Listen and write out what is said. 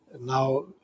now